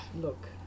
look